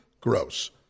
Gross